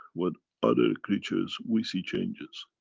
with other creatures, we see changes.